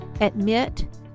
admit